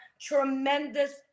tremendous